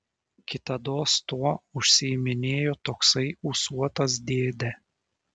kitados tuo užsiiminėjo toksai ūsuotas dėdė